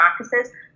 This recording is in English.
practices